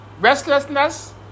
restlessness